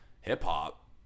hip-hop